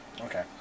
okay